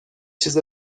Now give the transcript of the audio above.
چیز